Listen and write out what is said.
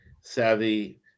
savvy